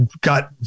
got